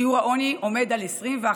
שיעור העוני הוא 21.6%,